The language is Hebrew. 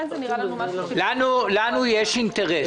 לנו יש אינטרס,